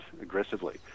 aggressively